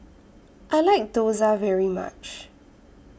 I like Dosa very much